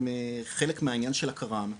הם חלק מהעניין של הקר"מ,